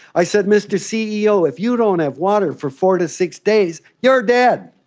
i said, mr ceo, if you don't have water for four to six days, you're dead.